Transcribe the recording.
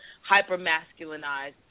hyper-masculinized